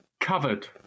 covered